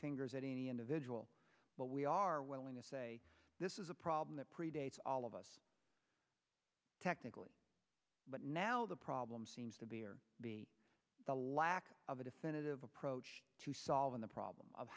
fingers at any individual but we are willing to say this is a problem that predates all of us technically but now the problem seems to be or the lack of a definitive approach to solving the problem of